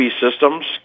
Systems